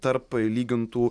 tarp lygintų